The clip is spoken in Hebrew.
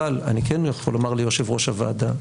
אני כן יכול לומר ליושב-ראש הוועדה,